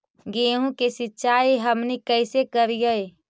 गेहूं के सिंचाई हमनि कैसे कारियय?